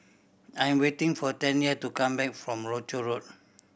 I'm waiting for Tanya to come back from Rochor Road